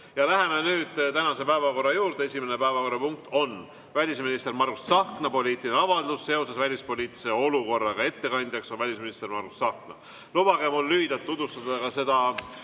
Läheme nüüd tänase päevakorra juurde. Esimene päevakorrapunkt on välisminister Margus Tsahkna poliitiline avaldus seoses välispoliitilise olukorraga. Ettekandjaks on välisminister Margus Tsahkna. Lubage mul lühidalt tutvustada ka